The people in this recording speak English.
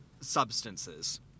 substances